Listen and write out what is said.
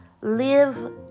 live